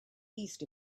east